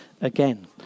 again